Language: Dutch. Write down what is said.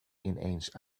ineens